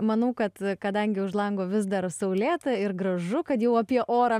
manau kad kadangi už lango vis dar saulėta ir gražu kad jau apie orą